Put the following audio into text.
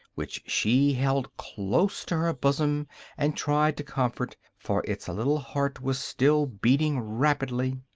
which she held close to her bosom and tried to comfort, for its little heart was still beating rapidly.